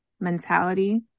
mentality